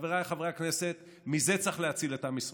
חבריי חברי הכנסת, צריך להציל את עם ישראל.